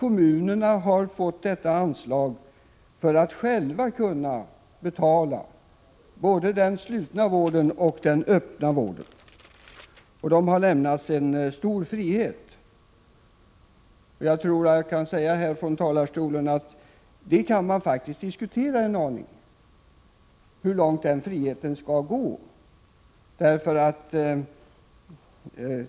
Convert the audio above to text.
Kommunerna har fått detta anslag för att själva kunna betala både den slutna och den öppna vården. Kommunerna har fått stor frihet när det gäller att disponera anslaget. Det kan faktiskt diskuteras hur stor denna frihet skall vara.